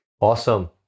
awesome